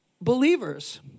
believers